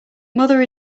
mother